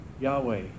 Yahweh